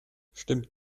stimmt